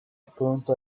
pronto